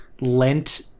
lent